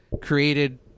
created